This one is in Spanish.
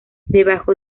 debajo